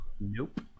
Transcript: Nope